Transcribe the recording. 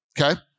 Okay